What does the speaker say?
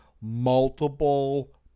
multiple